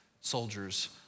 soldiers